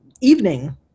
evening